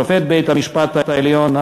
שופט בית-המשפט העליון,